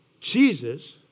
Jesus